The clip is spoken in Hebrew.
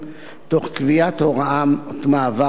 תוך קביעת הוראת מעבר מתאימה.